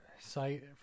site